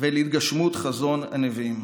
ואל התגשמות חזון הנביאים.